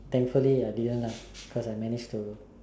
thankfully I didn't lah cause I manage to